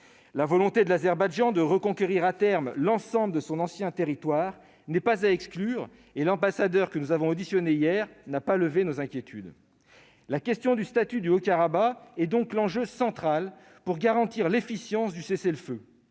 La volonté de l'Azerbaïdjan de reconquérir, à terme, l'ensemble de son ancien territoire n'est pas à exclure. L'ambassadeur, que nous avons auditionné hier, n'a pas levé nos inquiétudes. La question du statut du Haut-Karabagh est donc l'enjeu central pour garantir l'efficience du cessez-le-feu.